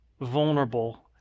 vulnerable